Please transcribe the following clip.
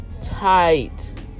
tight